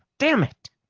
damn it!